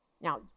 now